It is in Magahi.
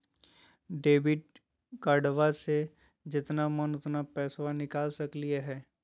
डेबिट कार्डबा से जितना मन उतना पेसबा निकाल सकी हय?